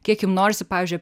kiek jum norisi pavyzdžiui